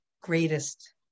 greatest